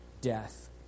death